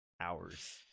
hours